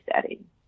setting